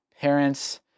parents